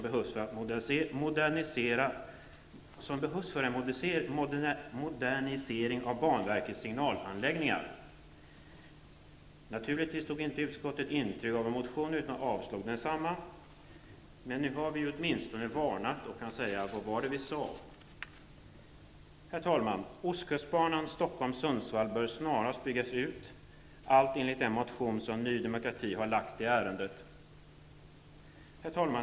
Dessa signaltekniker är nödvändiga för moderniseringen av banverkets signalanläggningar. Naturligtvis tog inte utskottet intryck av vår motion utan avstyrkte densamma, men nu har vi åtminstone varnat och kan säga: Vad var det vi sade! Herr talman! Ostkustbanan Stockholm--Sundsvall bör snarast byggas ut, allt enligt den motion Ny demokrati har väckt. Herr talman!